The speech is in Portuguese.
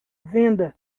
venda